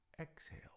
exhale